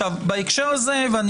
בהקשר הזה אני